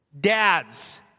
Dads